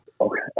Okay